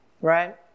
right